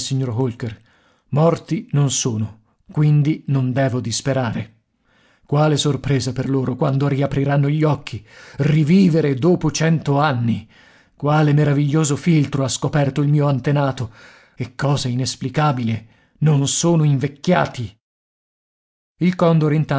signor holker morti non sono quindi non devo disperare quale sorpresa per loro quando riapriranno gli occhi rivivere dopo cent'anni quale meraviglioso filtro ha scoperto il mio antenato e cosa inesplicabile non sono invecchiati il condor